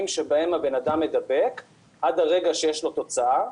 שבהם האדם מידבק עד הרגע שיש לו תוצאה,